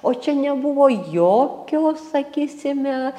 o čia nebuvo jokio sakysime